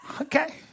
Okay